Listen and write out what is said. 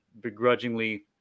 begrudgingly